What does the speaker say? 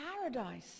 paradise